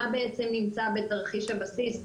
מה בעצם נמצא בתרחיש הבסיס,